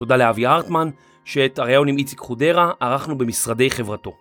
תודה לאבי ארטמן שאת הראיון עם איציק חודרה ערכנו במשרדי חברתו.